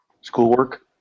schoolwork